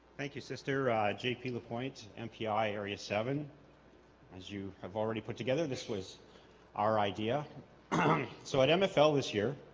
thank you sister ah jp lapointe mpi area seven as you have already put together this was our idea um so at um mfl this year